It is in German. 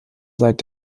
seit